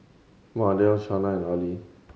Mardell Shana and Arley